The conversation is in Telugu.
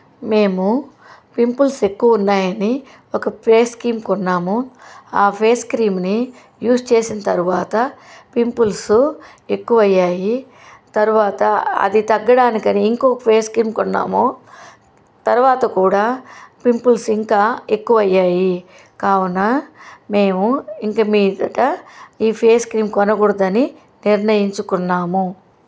మేము పింపుల్స్ ఎక్కువ ఉన్నాయని ఒక ఫేస్ క్రీమ్ కొన్నాము ఆ ఫేస్ క్రీమ్ని యూస్ చేసిన తర్వాత పింపుల్సు ఎక్కువ అయ్యాయి తర్వాత అది తగ్గడానికి అని ఇంకో ఫేస్ క్రీమ్ కొన్నాము తర్వాత కూడా పింపుల్స్ ఇంకా ఎక్కువ అయ్యాయి కావున మేము ఇకమీదట ఈ ఫేస్ క్రీమ్ కొనకూడదు అని నిర్ణయించుకున్నాము